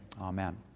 amen